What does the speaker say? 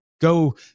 go